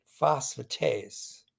phosphatase